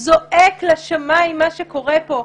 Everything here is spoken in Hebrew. זועק לשמים מה שקורה פה.